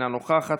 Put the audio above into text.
אינה נוכחת,